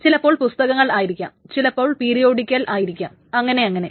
ചിലപ്പോൾ പുസ്തകങ്ങൾ ആയിരിക്കാം ചിലപ്പോൾ പീരിയോടിക്കൽ ആയിരിക്കാം അങ്ങനെ അങ്ങനെ